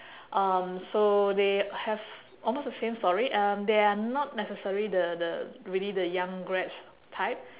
um so they have almost the same story um they are not necessary the the really the young grads type